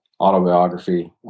autobiography